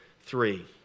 three